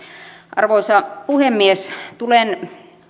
arvoisa puhemies tulen